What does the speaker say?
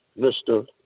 Mr